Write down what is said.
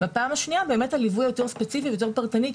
והפעם השנייה באמת הליווי היותר ספציפי ויותר פרטני,